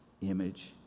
image